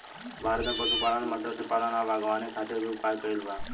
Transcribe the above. भारत में पशुपालन, मत्स्यपालन आ बागवानी खातिर भी उपाय कइल बा